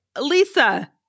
Lisa